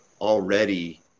already